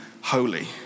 holy